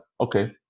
okay